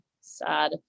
sad